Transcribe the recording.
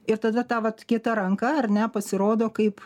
ir tada ta vat kieta ranka ar ne pasirodo kaip